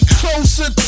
closer